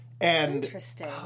Interesting